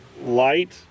Light